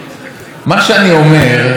מה שאני אומר,